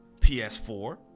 PS4